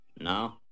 no